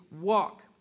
walk